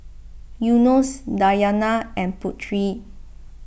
Yunos Dayana and Putri